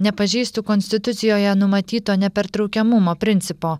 nepažeistų konstitucijoje numatyto nepertraukiamumo principo